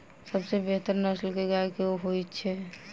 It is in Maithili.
सबसँ बेहतर नस्ल केँ गाय केँ होइ छै?